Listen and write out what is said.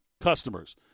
customers